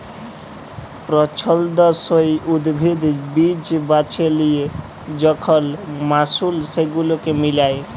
পছল্দসই উদ্ভিদ, বীজ বাছে লিয়ে যখল মালুস সেগুলাকে মিলায়